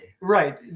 Right